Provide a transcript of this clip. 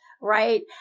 right